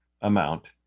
amount